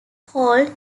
called